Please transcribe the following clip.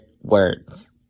words